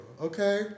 Okay